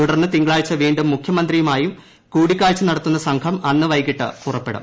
തുടർന്ന് തിങ്കളാഴ്ച വീണ്ടും മുഖ്യമന്ത്രിയുമായും കൂടിക്കാഴ്ച നടത്തുന്ന സംഘം അന്ന് വൈകിട്ട് പുറപ്പെടും